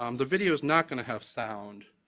um the video is not going to have sound,